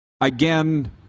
again